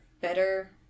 better